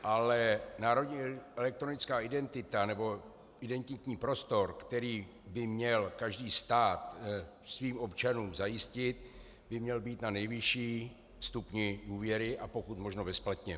Ale národní elektronická identita, nebo identitní prostor, který by měl každý stát svým občanům zajistit, by měl být na nejvyšším stupni důvěry a pokud možno bezplatně.